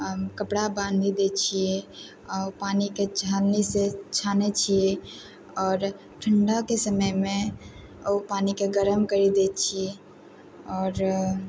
कपड़ा बान्हि दै छियै आ ओ पानिके छननी से छानै छी आओर ठण्डाके समयमे ओ पानीके गरम करि दै छी आओर